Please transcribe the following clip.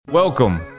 Welcome